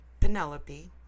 Penelope